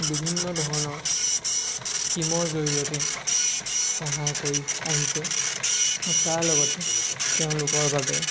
বিভিন্ন ধৰণৰ স্কীমৰ জৰিয়তে সহায় কৰি আহিছে আৰু তাৰ লগতে তেওঁলোকৰ বাবে